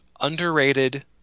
Underrated